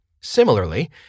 Similarly